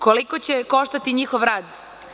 Koliko će koštati njihov rad?